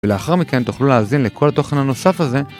ולאחר מכן תוכלו להאזין לכל התוכן הנוסף הזה